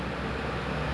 mm